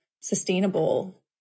sustainable